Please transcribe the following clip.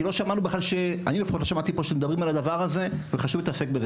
כי לא שמעתי שמדברים על זה וחשוב מאוד להתעסק בזה.